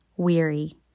weary